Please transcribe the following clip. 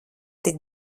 tik